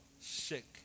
sick